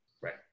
Right